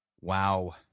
Wow